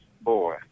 boy